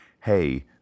Hey